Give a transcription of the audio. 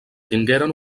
tingueren